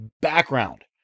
background